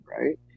Right